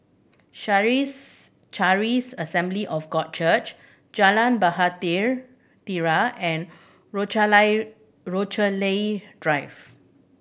Charis Assembly of God Church Jalan Bahtera and Rochalie Drive